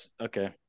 okay